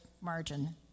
margin